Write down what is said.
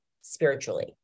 spiritually